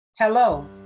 Hello